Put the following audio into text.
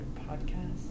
Podcast